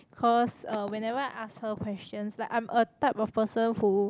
cause uh whenever I ask her questions like I am a type of person who